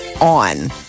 on